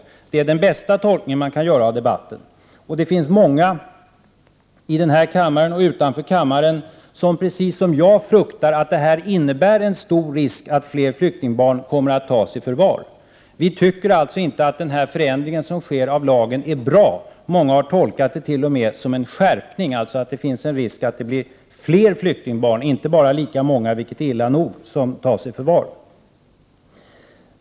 Det är den bästa tolkning man kan göra av debatten. Det finns många i denna kammare och även utanför kammaren som precis som jag fruktar att detta innebär en stor risk för att flera flyktingbarn kommer att tas i förvar. Vi tycker således inte att den föreslagna förändringen avlagen är bra. Många har t.o.m. tolkat den som en skärpning, dvs. att det finns en risk för att fler flyktingbarn — inte bara lika många, vilket är illa nog — tas i förvar.